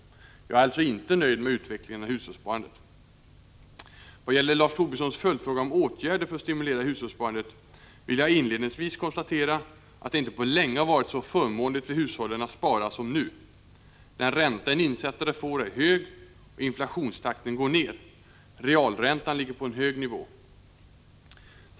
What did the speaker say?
Jag är alltså inte nöjd med utvecklingen av hushållssparandet. Vad gäller Lars Tobissons följdfråga om åtgärder för att stimulera hushållssparandet vill jag inledningsvis konstatera att det inte på länge har varit så förmånligt för hushållen att spara som nu. Den ränta en insättare får är hög, och inflationstakten går ned. Realräntan ligger på en hög nivå.